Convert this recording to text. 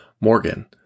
Morgan